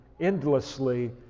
endlessly